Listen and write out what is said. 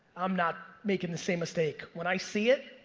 i'm not making the same mistake. when i see it